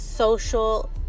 social